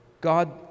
God